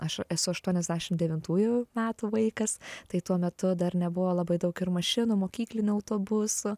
aš esu aštuoniasdešimt devintųjų metų vaikas tai tuo metu dar nebuvo labai daug ir mašinų mokyklinių autobusų